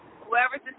whoever's